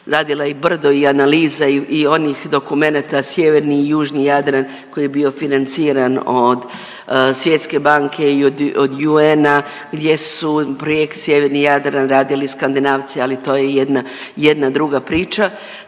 radile i brdo i analiza i onih dokumenata sjeverni i južni Jadran koji je bio financiran od Svjetske banke i od UN-a gdje su projekcije Sjeverni Jadran radili Skandinavci ali to je jedna, jedna druga priča.